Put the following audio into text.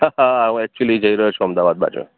હા હા હું એકચુંલી જઈ રહ્યો છું અમદાવાદ બાજુ